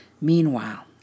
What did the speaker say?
Meanwhile